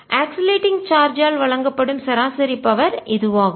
oscillating charge ஆல் வழங்கப்படும் சராசரி பவர் இதுவாகும்